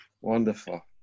Wonderful